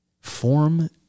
Form